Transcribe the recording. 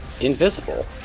invisible